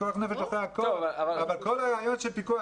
פיקוח נפש דוחה הכול אבל כל הנושא של הרעיון של פיקוח